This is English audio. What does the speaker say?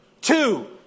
Two